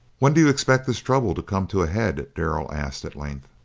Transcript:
when do you expect this trouble to come to a head? darrell asked at length.